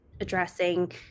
addressing